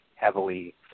heavily